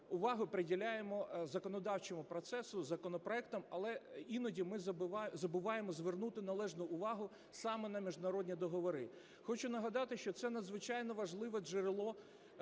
уваги приділяємо законодавчому процесу, законопроектам, але іноді ми забуваємо звернути належну увагу саме на міжнародні договори. Хочу нагадати, що це надзвичайно важливе джерело